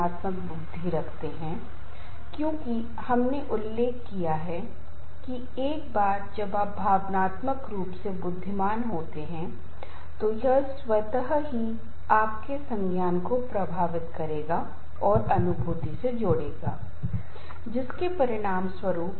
व्यक्ति की क्षमता को इन मांगों के साथ बातचीत करने की आवश्यकता होती है जिसका अर्थ है कि हमारे पास कुछ क्षमताएं हैं कुछ कौशल हैं और वे उदाहरण के लिए कहते हैं हमारी नौकरी उस समय प्रदर्शन करने के लिए अधिक कौशल और अधिक क्षमताओं की मांग कर रही है जब पर्यावरणीय मांगों को पूरा करने लिया हमारी क्षमता का सामना नहीं होगा जिससे तनाव का अनुभव होगा और इसलिए तनाव तब होता है जब मांग और नियंत्रण के बीच अंतर होता है